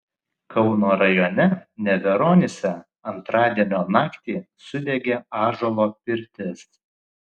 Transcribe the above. kauno rajone neveronyse antradienio naktį sudegė ąžuolo pirtis